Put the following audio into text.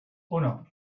uno